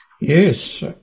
Yes